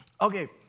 okay